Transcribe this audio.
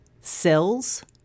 cells